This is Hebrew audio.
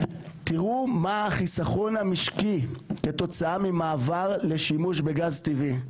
תיראו מה החיסכון המשקי כתוצאה ממעבר לשימוש בגז טבעי.